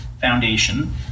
Foundation